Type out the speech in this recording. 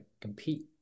compete